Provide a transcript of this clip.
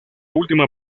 última